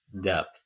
depth